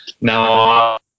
now